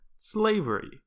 Slavery